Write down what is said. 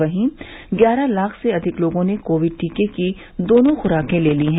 वहीं ग्यारह लाख से अधिक लोगों ने कोविड टीके की दोनों खुराक ले ली है